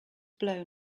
blown